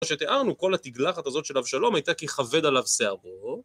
מה שתיארנו, כל התגלחת הזאת של אבשלום, הייתה כי כבד עליו שערו.